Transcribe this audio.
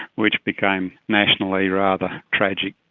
which became nationally rather tragic.